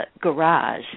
garage